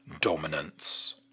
dominance